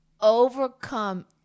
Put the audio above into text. overcome